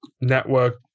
network